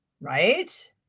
Right